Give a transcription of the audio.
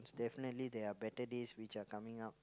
definitely there are better days which are coming up